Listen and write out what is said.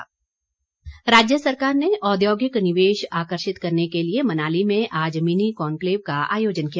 मुख्यमंत्री राज्य सरकार ने औद्योगिक निवेश आकर्षित करने के लिए मनाली में आज मिनी कन्क्लेव का आयोजन किया